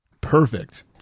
Perfect